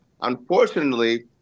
Unfortunately